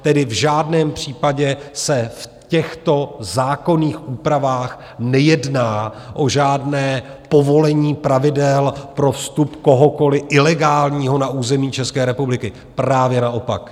Tedy v žádném případě se v těchto zákonných úpravách nejedná o žádné povolení pravidel pro vstup kohokoli ilegálního na území České republiky, právě naopak.